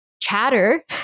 chatter